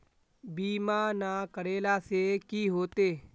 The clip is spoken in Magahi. बीमा ना करेला से की होते?